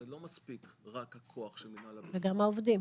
הרי לא מספיק רק הכוח של מנהל הבטיחות --- וגם העובדים.